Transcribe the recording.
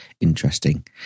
interesting